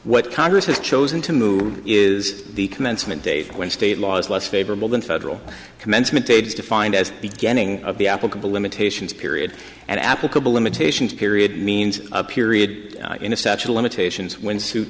what congress has chosen to move is the commencement day when state law is less favorable than federal commencement aides defined as beginning of the applicable limitations period and applicable limitations period means a period in a satchel limitations when suit